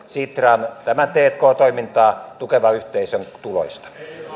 sitran tämän tk toimintaa tukevan yhteisön tuloista